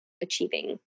achieving